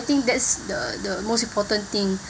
I think that's the the most important thing